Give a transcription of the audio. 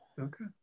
Okay